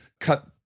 cut